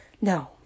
no